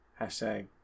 Hashtag